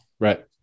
Right